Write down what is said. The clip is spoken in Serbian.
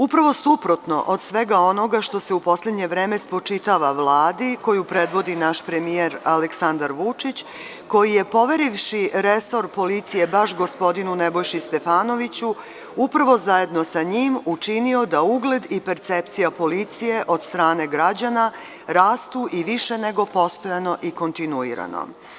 Upravo suprotno od svega onoga što se u poslednje vreme spočitava Vladi koju predvodi naš premijer Aleksandar Vučić, koji je poverivši resor policije baš gospodinu Nebojši Stefanoviću, upravo zajedno sa njim učinio da ugled i percepcija policije od strane građana rastu i više nego postojano i kontinuirano.